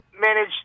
manage